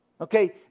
okay